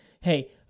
Hey